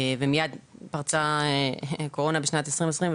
ומיד פרצה הקורונה בשנת 2020,